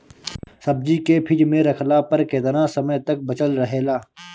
सब्जी के फिज में रखला पर केतना समय तक बचल रहेला?